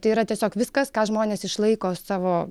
tai yra tiesiog viskas ką žmonės išlaiko savo